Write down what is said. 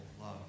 love